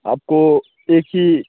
आपको एक ही